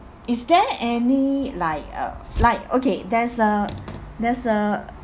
is there any like uh like okay there's a there's a